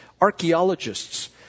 archaeologists